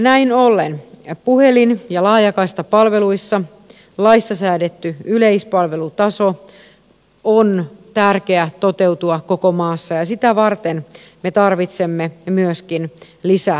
näin ollen puhelin ja laajakaistapalveluissa laissa säädetyn yleispalvelutason on tärkeä toteutua koko maassa ja sitä varten me tarvitsemme myöskin lisäresursseja